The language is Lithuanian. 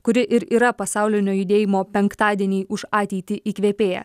kuri ir yra pasaulinio judėjimo penktadieniai už ateitį įkvėpėja